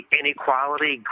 inequality